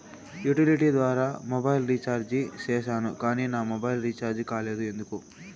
Utility ద్వారా mobile recharge సేసాను కానీ నా మొబైల్ రీచార్జి కాలేదు ఎందుకు?